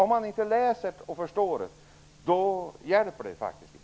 Om man inte läser det, och förstår det, hjälper det faktiskt inte.